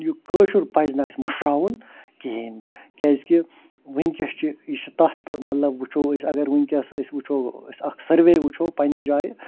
یہِ کٲشُر پَزِ نہٕ اَسہِ مٔشراوُن کِہیٖنٛۍ کیٛازِکہِ وُنکٮ۪س چھ یہِ یہِ چھِ تتھ مَطلَب وُچھو أسۍ اگر وُنکٮ۪س وُچھو أسۍ اکھ سٔروے وُچھو پَنٕنہِ جایہِ